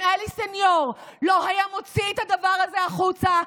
אם אלי סניור לא היה מוציא את הדבר הזה החוצה,